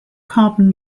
carbon